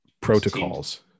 protocols